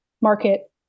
market